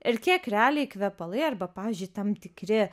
ir kiek realiai kvepalai arba pavyzdžiui tam tikri